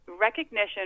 Recognition